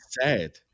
sad